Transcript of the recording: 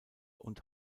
und